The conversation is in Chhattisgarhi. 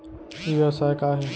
ई व्यवसाय का हे?